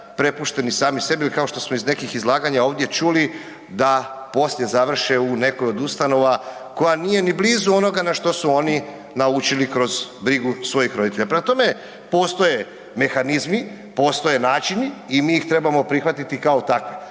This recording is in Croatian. prepušteni sami sebi ili kao što smo iz nekih izlaganja ovdje čuli da poslije završe u nekoj od ustanova koja nije ni blizu onoga na što su oni naučili kroz brigu svojih roditelja. Prema tome postoje mehanizmi, postoje načini i mi ih trebamo prihvatiti kao takve.